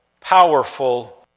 powerful